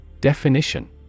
Definition